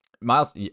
Miles